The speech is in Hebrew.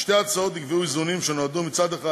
בשתי ההצעות נקבעו איזונים שנועדו מצד אחד